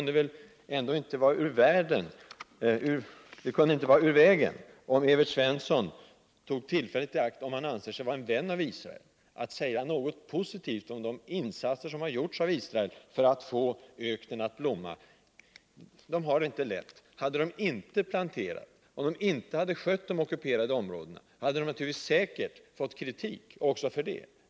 Det vore inte ur vägen att Evert Svensson tog tillfället i akt, om han anser sig vara en vän till Israel, att säga något positivt om de insatser som har gjorts av Israel för att få öknen att blomma. De har det inte lätt. Hade de inte planterat och inte skött de ockuperade områdena, skulle de säkerligen ha fått kritik även för det.